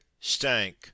stank